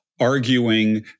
arguing